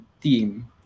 team